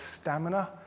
stamina